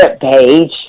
page